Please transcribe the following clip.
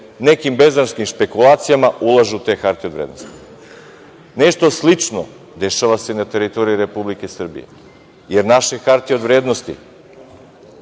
nekim berzanskim špekulacijama ulažu u te hartije od vrednosti. Nešto slično dešava se i na teritoriji Republike Srbije. Naše hartije od vrednosti